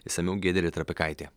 išsamiau giedrė trapikaitė